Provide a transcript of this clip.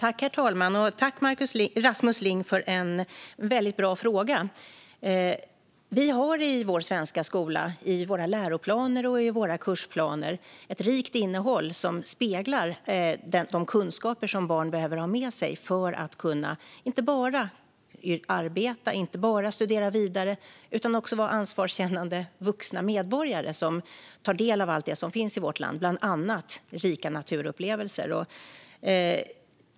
Herr talman! Tack, Rasmus Ling, för en väldigt bra fråga! Vi har i vår svenska skola, i våra läroplaner och i våra kursplaner, ett rikt innehåll som speglar de kunskaper som barn behöver ha med sig för att kunna inte bara arbeta eller studera vidare utan också vara ansvarskännande vuxna medborgare som tar del av allt det som finns i vårt land, bland annat rika naturupplevelser.